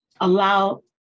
allow